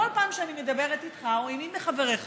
בכל פעם שאני מדברת איתך או עם מי מחבריך